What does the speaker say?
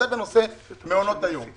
זה בנושא מעונות היום.